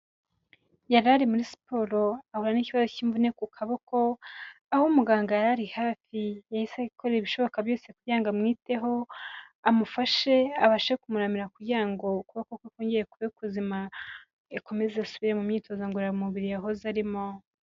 Yari ari muri siporo ahura n'ikibazo cy'imvune ku kaboko, aho umuganga yari ari hafi yahise akora ibishoboka byose kugira ngo amwiteho, amufashe abashe ku muramira kugira ngo ukuboko kwe kongere kube kuzima, akomeze asubire mu myitozo ngororamubiri yahoze arimo.